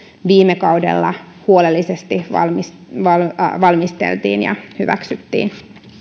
viime kaudella huolellisesti valmisteltiin ja hyväksyttiin